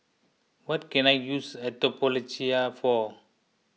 what can I use Atopiclair for